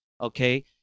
Okay